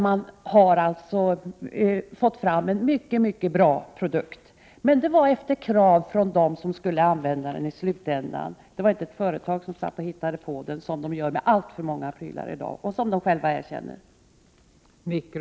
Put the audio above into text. Man har fått fram en mycket bra produkt, men det skedde efter krav från dem som skulle använda den i slutändan. Det var inte ett företag som hittade på den här kannan — som företag gör med alltför många prylar i dag, vilket de själva erkänner.